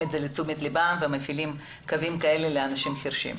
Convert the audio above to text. את זה לתשומת לבם ומפעילים קווים כאלה לאנשים חירשים.